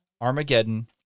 Armageddon